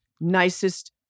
nicest